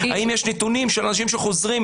האם יש נתונים של אנשים שחוזרים